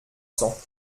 cents